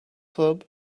club